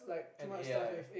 and A_I